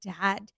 dad